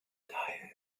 daher